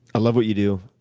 love what you do.